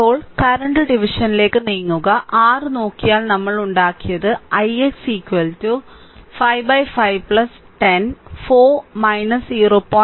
ഇപ്പോൾ കറന്റ് ഡിവിഷനിലേക്ക് നീങ്ങുക r നോക്കിയാൽ നമ്മൾ ഉണ്ടാക്കിയത് ix 55 10 4 0